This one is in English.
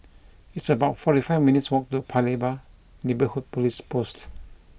it's about forty five minutes' walk to Paya Lebar Neighbourhood Police Post